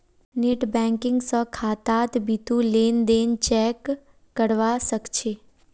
net banking स खातात बितु लेन देन चेक करवा सख छि